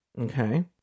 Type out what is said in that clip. Okay